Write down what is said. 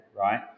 right